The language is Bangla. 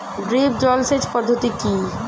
ড্রিপ জল সেচ পদ্ধতি কি?